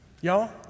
Y'all